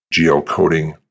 geocoding